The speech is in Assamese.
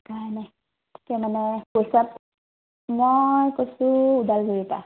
উপায় নাই তাকে মানে পইচা মই কৈছোঁ ওদালগুৰিৰ পৰা